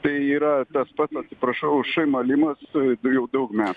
tai yra tas pats atsiprašau š malimas du jau daug me